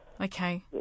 Okay